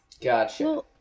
Gotcha